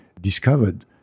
discovered